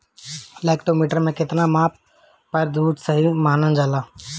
Lactometer के कितना माप पर दुध सही मानन जाला?